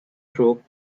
troupe